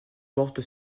porte